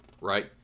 right